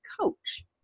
coach